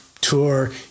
tour